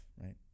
right